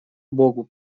богу